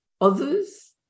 others